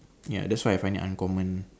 ya that's why I have any uncommon